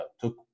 took